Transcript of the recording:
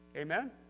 Amen